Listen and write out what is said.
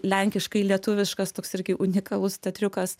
lenkiškai lietuviškas toks irgi unikalus teatriukas